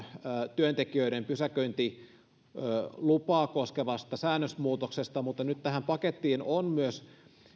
työntekijöiden pysäköintilupaa koskevasta säännösmuutoksesta mutta nyt tähän pakettiin on myös